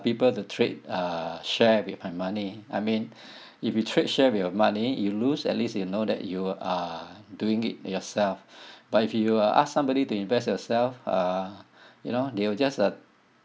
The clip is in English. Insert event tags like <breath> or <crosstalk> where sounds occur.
people to trade uh share with my money I mean <breath> if you trade share with your money you lose at least you know that you are doing it yourself <breath> but if you ask somebody to invest yourself uh you know they will just uh